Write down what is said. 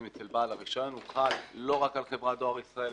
למתן רישיון" הוחל לא רק על חברת דואר ישראל,